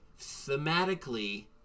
thematically